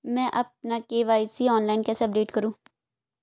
मैं अपना KYC online कैसे अपडेट करूँ?